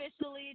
officially